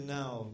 now